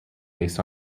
based